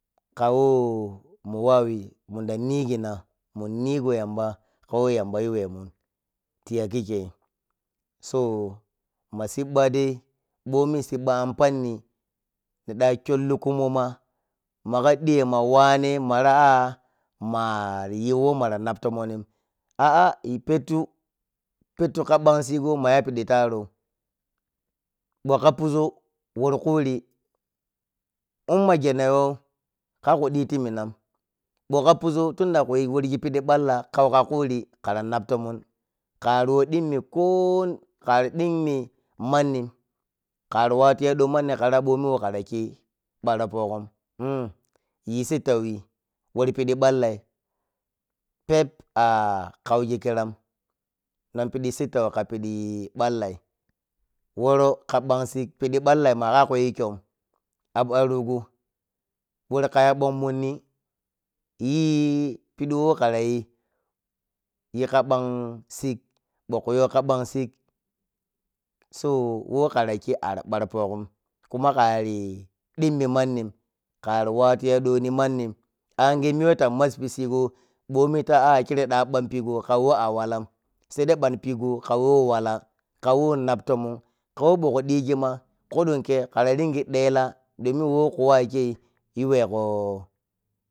Kawo muwaiyi munda nigina. mu nigo yamba kawo yamba yuwemun tiya kikkei sa ma sibba dai bomi sibba an panni niɗa kyolli kumoma maga diyema wanen mara ah mariyi wonmara nap tomonni ah-ah pettu, pettu ka ban sigo ma yapidi tarou. Bho ka puȝo woro kuri umma geno you karku dhi ti minam bho ka puȝo kunda ku digi woru pidi balla. Kauka kuri kara nap tomon ari woro dimmi koo kari dimmi mannin kari watu dho manni kara bomi whokara khi bara pogon um, yi sittauyi, waru pidi ballai pep ah kaugi kiram pidi sittau ka pida ballal woro ka bansik pidi ballai aka kuyi kyom ab arogo wur kaya bhon monni, yi pidi wekirayi yika bansik bho kuyo ka bansik so wokara khi ara bar pogon kuma kari dimmi mannin kari wattiya ɗhoni mannin, ange miya weta maȝpisigo bomi ta ah kire ta banpigon kawe awalan sai dai ban pigo kawe wala kawo nop tomon, kawo bho ka digi ma kuɗunkhei ariɗingiyi ɗela domin wokuwau kei yuwego.